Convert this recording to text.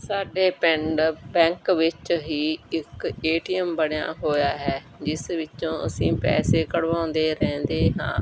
ਸਾਡੇ ਪਿੰਡ ਬੈਂਕ ਵਿੱਚ ਹੀ ਇੱਕ ਏ ਟੀ ਐਮ ਬਣਿਆ ਹੋਇਆ ਹੈ ਜਿਸ ਵਿੱਚੋਂ ਅਸੀਂ ਪੈਸੇ ਕਢਵਾਉਂਦੇ ਰਹਿੰਦੇ ਹਾਂ